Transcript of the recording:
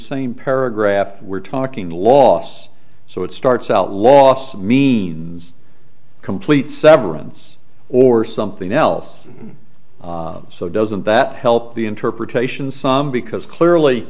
same paragraph we're talking los so it starts out last means complete severance or something else so doesn't that help the interpretation some because clearly